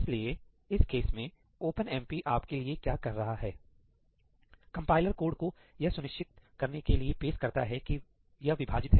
इसलिएइस case में OpenMP आपके लिए क्या कर रहा है कंपाइलर कोड को यह सुनिश्चित करने के लिए पेश करता है कि यह विभाजित है